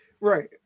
Right